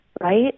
right